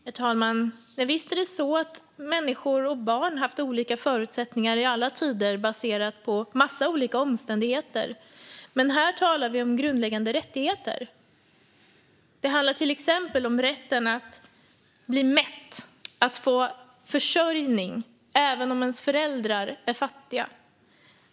Herr talman! Visst har människor och barn i alla tider haft olika förutsättningar baserat på en massa olika omständigheter. Men här talar vi om grundläggande rättigheter. Det handlar till exempel om rätten att bli mätt och att ha försörjning även om ens föräldrar är fattiga.